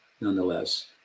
nonetheless